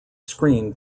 screen